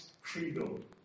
freedom